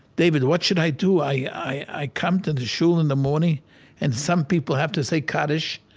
david, what should i do? i i come to the shul in the morning and some people have to say kaddish,